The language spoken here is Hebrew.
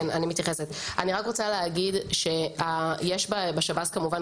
אני רוצה להגיד שבשירות בתי הסוהר יש כמובן